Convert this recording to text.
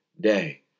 day